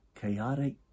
chaotic